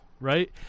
Right